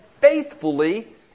faithfully